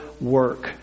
work